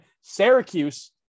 Syracuse